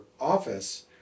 office